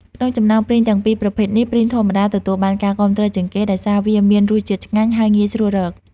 ក្នុងចំណោមព្រីងទាំងពីរប្រភេទនេះ ព្រីងធម្មតា ទទួលបានការគាំទ្រជាងគេ ដោយសារវាមានរសជាតិឆ្ងាញ់ ហើយងាយស្រួលរក។